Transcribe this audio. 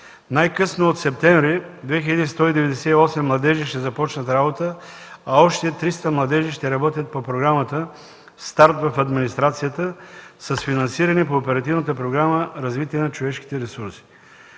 Най-късно от септември 2198 младежи ще започнат работа, а още 300 младежи ще работят по Програмата „Старт в администрацията” с финансиране по Оперативната програма „Развитие на човешките ресурси”.